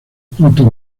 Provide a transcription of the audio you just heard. punto